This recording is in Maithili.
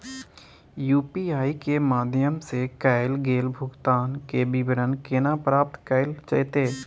यु.पी.आई के माध्यम सं कैल गेल भुगतान, के विवरण केना प्राप्त कैल जेतै?